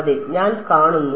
അതെ ഞാൻ കാണുന്നു